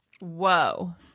Whoa